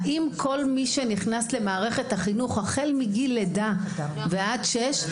האם כל מי שנכנס למערכת החינוך החל מגיל לידה ועד גיל שש,